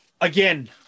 again